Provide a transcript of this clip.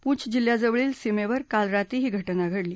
पूंछ जिल्ह्याजवळच्या सीमध्ये काल रात्री ही घटना घडली